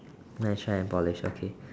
may I shrine and polish okay